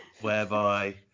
Whereby